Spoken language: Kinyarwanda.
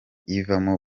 ivamo